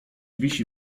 wisi